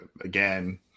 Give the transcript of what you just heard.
again